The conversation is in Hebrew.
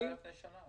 לא מה שהיה לפני שנה.